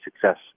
success